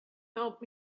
help